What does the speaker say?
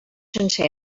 sense